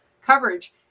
coverage